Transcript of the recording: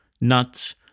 nuts